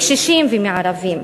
מקשישים ומערבים.